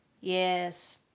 Yes